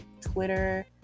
twitter